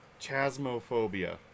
Chasmophobia